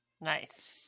Nice